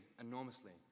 enormously